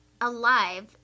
alive